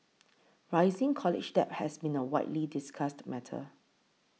rising college debt has been a widely discussed matter